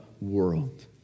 world